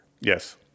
Yes